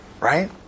Right